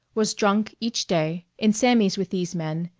was drunk each day in sammy's with these men,